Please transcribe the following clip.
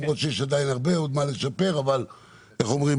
למרות שיש עדיין הרבה מה לשפר אבל איך אומרים?